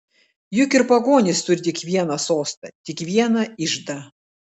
juk ir pagonys turi tik vieną sostą tik vieną iždą